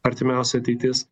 artimiausia ateitis